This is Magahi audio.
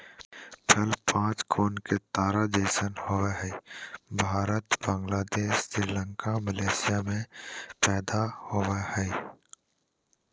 फल पांच कोण के तारा जैसन होवय हई भारत, बांग्लादेश, श्रीलंका, मलेशिया में पैदा होवई हई